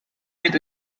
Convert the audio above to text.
wird